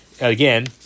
Again